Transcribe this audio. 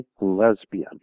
Lesbian